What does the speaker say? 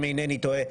אם אינני טועה.